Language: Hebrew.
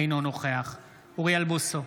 אינו נוכח אוריאל בוסו,